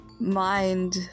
mind